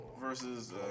versus